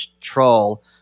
troll